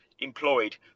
Employed